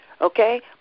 okay